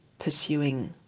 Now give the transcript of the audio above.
pursuing